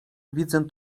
widzę